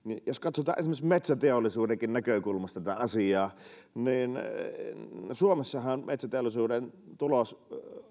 jos katsotaan esimerkiksi metsäteollisuudenkin näkökulmasta tätä asiaa niin suomessahan metsäteollisuuden tulos